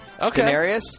Okay